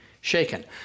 shaken